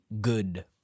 Good